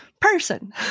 Person